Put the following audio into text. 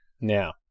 Now